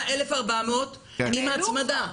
עם ההצמדה.